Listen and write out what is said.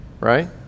right